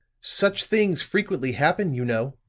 such things frequently happen, you know.